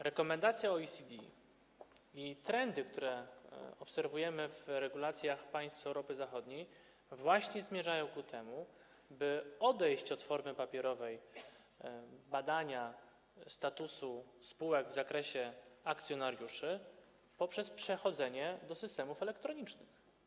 Rekomendacja OECD i trendy, które obserwujemy w regulacjach państw Europy Zachodniej, zmierzają ku temu, by odejść od formy papierowej badania statusu spółek w zakresie akcjonariuszy i przejść do systemów elektronicznych.